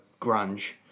grunge